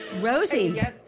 Rosie